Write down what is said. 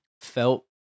felt